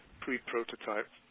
pre-prototype